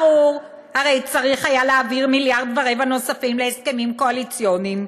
ברור הרי צריך היה להעביר מיליארד ורבע נוספים להסכמים הקואליציוניים.